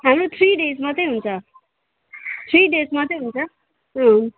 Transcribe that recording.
हाम्रो three days मात्रै हुन्छ थ्री डेज मात्रै हुन्छ उम्